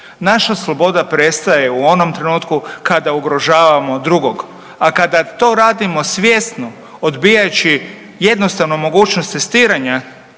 naša sloboda prestaje u onom trenutku kada ugrožavamo drugog, a kada to radimo svjesno odbijajući jednostavnu mogućnost testiranja